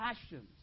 passions